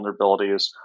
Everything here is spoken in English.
vulnerabilities